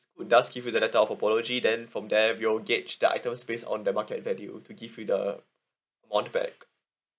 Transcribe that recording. who does give you the letter of apology then from there we'll gauge the items based on the market value to give you the amount back